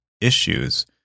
issues